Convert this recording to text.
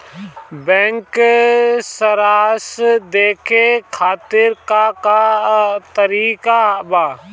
Bank सराश देखे खातिर का का तरीका बा?